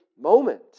moment